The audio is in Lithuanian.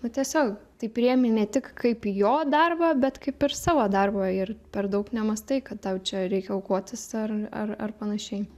nu tiesiog tai priimi ne tik kaip jo darbą bet kaip ir savo darbą ir per daug nemąstai kad tau čia reikia aukotis ar ar ar panašiai